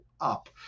up